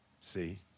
See